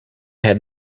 had